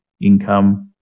income